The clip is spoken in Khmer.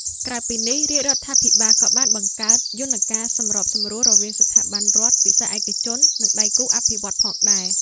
ក្រៅពីនេះ រាជរដ្ឋាភិបាលក៏បានបង្កើតយន្តការសម្របសម្រួលរវាងស្ថាប័នរដ្ឋ វិស័យឯកជន និងដៃគូអភិវឌ្ឍន៍ផងដែរ។